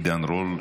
עידן רול,